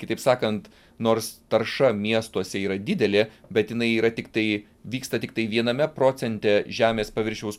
kitaip sakant nors tarša miestuose yra didelė bet jinai yra tiktai vyksta tiktai viename procente žemės paviršiaus